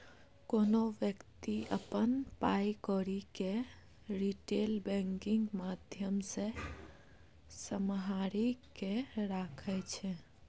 कोनो बेकती अपन पाइ कौरी केँ रिटेल बैंकिंग माध्यमसँ सम्हारि केँ राखै छै